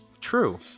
True